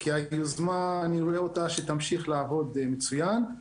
כי אני רואה שהיוזמה תמשיך לעבוד מצוין.